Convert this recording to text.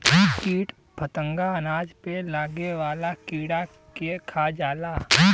कीट फतंगा अनाज पे लागे वाला कीड़ा के खा जाला